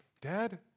Dad